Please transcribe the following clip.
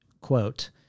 Quote